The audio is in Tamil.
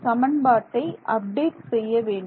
சமன்பாட்டை அப்டேட் செய்ய வேண்டும்